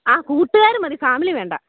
ആ കൂട്ടുകാർ മതി ഫാമിലി വേണ്ട